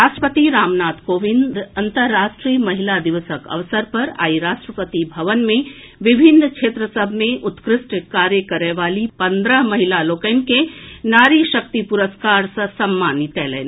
राष्ट्रपति रामनाथ कोविंद अन्तर्राष्ट्रीय महिला दिवसक अवसर पर आइ राष्ट्रपति भवन मे विभिन्न क्षेत्र सभ मे उत्कृष्ट कार्य करए वाली पन्द्रह महिला लोकनि के नारी शक्ति पुरस्कार सँ सम्मानित कयलनि